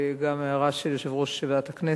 וגם ההערה של יושב-ראש ועדת הכנסת.